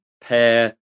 pair